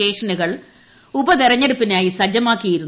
സ്റ്റേഷനുകൾ ഉപതെരഞ്ഞെടുപ്പിനായി സജ്ജമാക്ക്ിയിരുന്നു